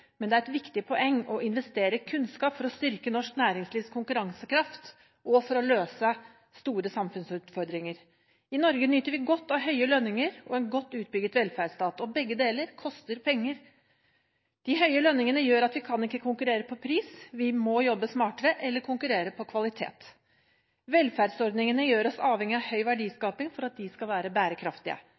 men det er et viktig poeng å investere i kunnskap for å styrke norsk næringslivs konkurransekraft og for å løse store samfunnsutfordringer. I Norge nyter vi godt av høye lønninger og av en godt utbygget velferdsstat, og begge deler koster penger. De høye lønningene gjør at vi ikke kan konkurrere på pris, vi må jobbe smartere eller konkurrere på kvalitet. Velferdsordningene gjør oss avhengige av høy verdiskaping for at de skal være bærekraftige.